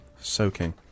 Soaking